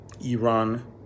Iran